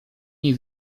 nie